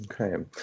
okay